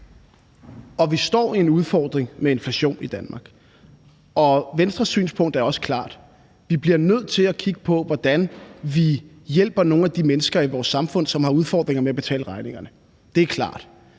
Vi står med en udfordring med inflation i Danmark. Og Venstres synspunkt er også klart: Vi bliver nødt til at kigge på, hvordan vi hjælper nogle af de mennesker i vores samfund, som har udfordringer med at betale regningerne. Det er klart.